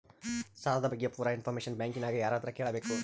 ಸಾಲದ ಬಗ್ಗೆ ಪೂರ ಇಂಫಾರ್ಮೇಷನ ಬ್ಯಾಂಕಿನ್ಯಾಗ ಯಾರತ್ರ ಕೇಳಬೇಕು?